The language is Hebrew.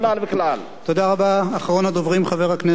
אחרון הדוברים, חבר הכנסת רוני בר-און, בבקשה.